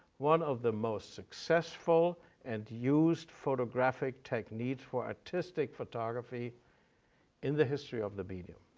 one of the most successful and used photographic techniques for artistic photography in the history of the medium.